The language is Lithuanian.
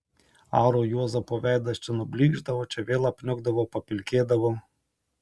aro juozapo veidas čia nublykšdavo čia vėl apniukdavo papilkėdavo